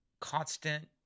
constant